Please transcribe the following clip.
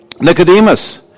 Nicodemus